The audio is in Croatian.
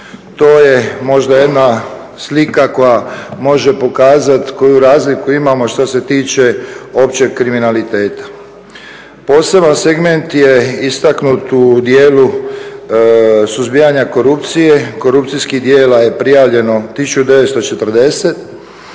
To je možda jedna slika koja može pokazati koju razliku imamo što se tiče općeg kriminaliteta. Poseban segment je istaknut u dijelu suzbijanja korupcije. Korupcijskih djela je prijavljeno 1940,